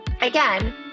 Again